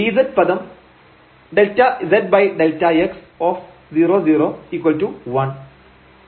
dz പദം ΔzΔx 001